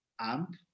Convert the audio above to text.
amp